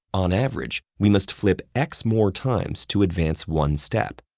on average we must flip x more times to advance one step.